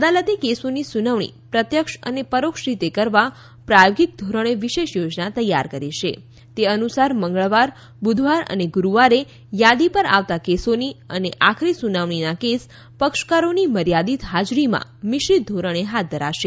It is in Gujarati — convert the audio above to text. અદાલતે કેસોની સુનાવણી પ્રત્યક્ષ અને પરોક્ષ રીતે કરવા પ્રાયોગિક ધોરણે વિશેષ યોજના તૈયાર કરી છે તે અનુસાર મંગળવાર બુધવાર અને ગુરૂવારે થાદી પર આવતા કેસોની અને આખરી સુનાવણીના કેસ પક્ષકારોની મર્યાદિત હાજરીમાં મિશ્રિત ધોરણે હાથ ધરાશે